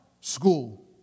school